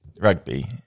rugby